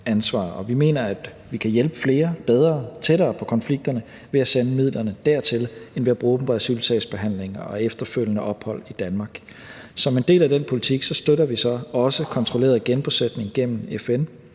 Vi mener, at vi kan hjælpe flere bedre tættere på konflikterne ved at sende midlerne dertil end ved at bruge dem på asylsagsbehandling og efterfølgende ophold i Danmark. Som en del af den politik støtter vi så også kontrolleret genbosætning gennem FN.